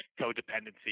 codependency